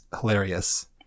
hilarious